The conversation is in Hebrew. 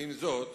עם זאת,